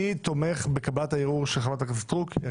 מי תומך בקבלת הערעור של חברת הכנסת סטרוק?